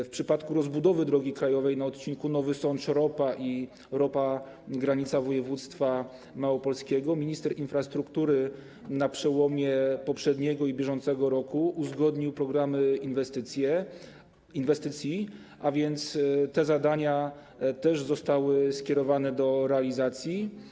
W przypadku rozbudowy drogi krajowej na odcinku Nowy Sącz - Ropa i Ropa - granica województwa małopolskiego minister infrastruktury na przełomie poprzedniego i bieżącego roku uzgodnił programy inwestycji, a więc te zadania też zostały skierowane do realizacji.